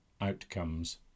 Outcomes